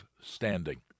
standing